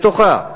בתוכו,